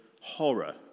horror